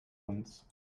uns